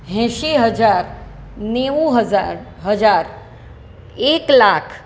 એંસી હજાર નેવું હજાર હજાર એક લાખ